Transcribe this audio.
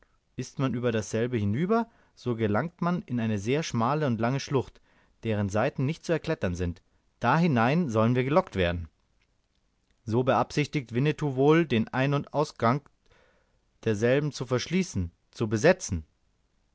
ist man über dasselbe hinüber so gelangt man in eine sehr schmale und lange schlucht deren seiten nicht zu erklettern sind da hinein sollen wir gelockt werden so beabsichtigt winnetou wohl den ein und ausgang derselben zu verschließen zu besetzen